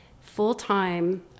full-time